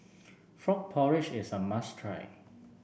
Frog Porridge is a must try